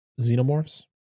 xenomorphs